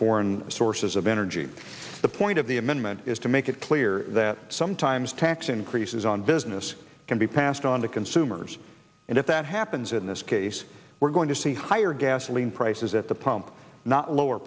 foreign sources of energy the point of the amendment is to make it clear that sometimes tax increases on business can be passed on to consumers and if that happens in this case we're going to see higher gasoline prices at the pump not lower